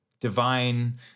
divine